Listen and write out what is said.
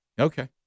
Okay